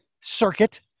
circuit